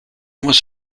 was